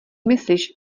myslíš